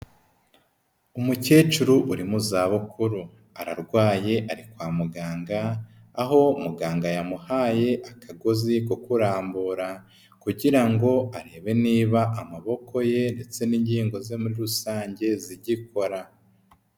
Umukecuru uri mu za bukuru ararwaye ari kwa muganga, aho muganga yamuhaye akagozi ko kurambura kugira ngo arebe niba amaboko ye ndetse n'ingingo ze muri rusange zigikora.